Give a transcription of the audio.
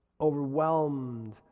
overwhelmed